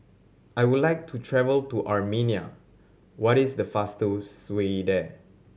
I would like to travel to Armenia what is the fastest way there